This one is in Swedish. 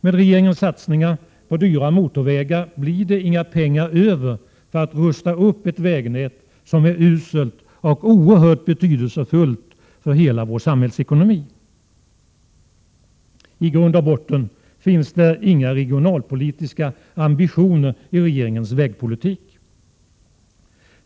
Med regeringens satsningar på dyra motorvägar blir det inga pengar över för att rusta upp ett vägnät som är uselt men oerhört betydelsefullt för hela vår samhällsekonomi. I grund och botten finns det inga regionalpolitiska ambitioner i regeringens vägpolitik.